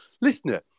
Listener